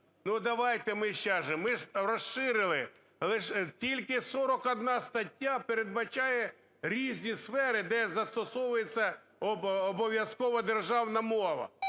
Ну, давайте ми сейчас же. Ми ж розширили. Лише, тільки 41 стаття передбачає різні сфери, де застосовується обов'язково державна мова.